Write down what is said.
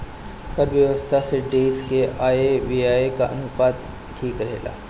कर व्यवस्था से देस के आय व्यय के अनुपात ठीक रहेला